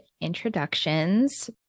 introductions